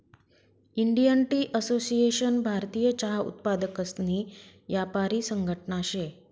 Indian tea association भारतीय चहा उत्पादकसनी यापारी संघटना शे